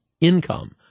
income